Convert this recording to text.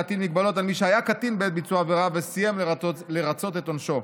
להטיל מגבלות על מי שהיה קטין בעת ביצוע העבירה וסיים לרצות את עונשו.